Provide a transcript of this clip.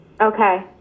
Okay